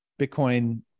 Bitcoin